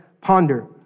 ponder